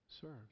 serves